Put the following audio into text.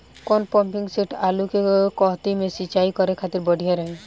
कौन pumping set आलू के कहती मे सिचाई करे खातिर बढ़िया रही?